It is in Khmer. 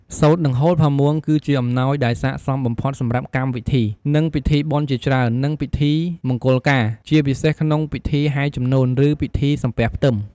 សូត្រ និងហូលផាមួង គឺជាអំណោយដែលស័ក្តិសមបំផុតសម្រាប់កម្មវិធី និងពិធីបុណ្យជាច្រើន និងពិធីមង្គលការ ជាពិសេសក្នុងពិធីហែជំនូន ឬពិធីសំពះផ្ទឹម ។